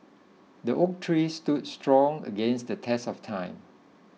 the oak tree stood strong against the test of time